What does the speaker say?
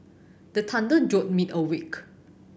the thunder jolt me awake